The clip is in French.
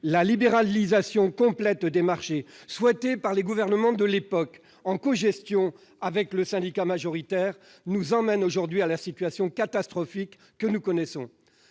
La libéralisation complète des marchés, souhaitée par les gouvernements de l'époque, en cogestion avec le syndicat majoritaire, nous amène aujourd'hui à la situation catastrophique que nous connaissons.